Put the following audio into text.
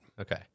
Okay